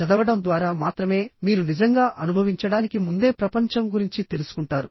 చదవడం ద్వారా మాత్రమే మీరు నిజంగా అనుభవించడానికి ముందే ప్రపంచం గురించి తెలుసుకుంటారు